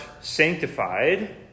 sanctified